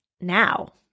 now